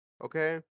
okay